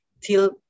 till